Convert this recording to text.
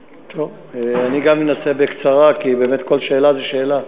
טוב, אני גם אנסה בקצרה, כי באמת כל שאלה זה שאלה.